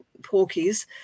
porkies